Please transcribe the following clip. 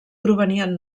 provenien